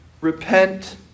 repent